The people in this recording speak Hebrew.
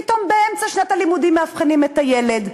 פתאום באמצע שנת הלימודים מאבחנים את הילד.